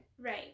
Right